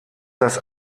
das